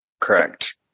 Correct